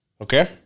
Okay